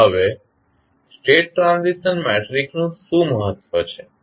હવે state transition મેટ્રિક્સનું શું મહત્વ છે